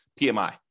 PMI